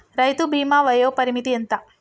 రైతు బీమా వయోపరిమితి ఎంత?